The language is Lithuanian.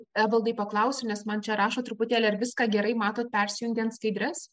evaldui paklausiu nes man čia rašo truputėlį ir viską gerai mato persijungiant skaidres